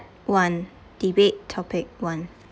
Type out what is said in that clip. one debate topic one